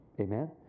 Amen